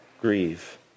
grieve